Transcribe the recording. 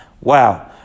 wow